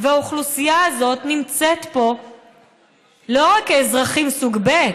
והאוכלוסייה הזאת נמצאת פה לא רק כאזרחים סוג ב',